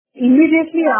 Immediately